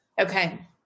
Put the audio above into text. Okay